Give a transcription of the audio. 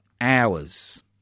hours